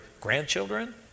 grandchildren